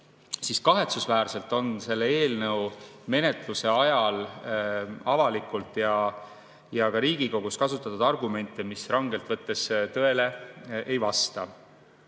Kahetsusväärselt on selle eelnõu menetluse ajal avalikult ja ka Riigikogus kasutatud argumente, mis rangelt võttes tõele ei vasta.